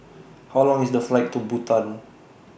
How Long IS The Flight to Bhutan